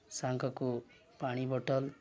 ସାଙ୍ଗକୁ ପାଣି ବୋଟଲ୍